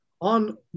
on